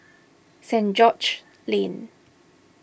Saint George's Lane